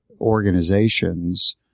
organizations